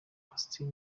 austin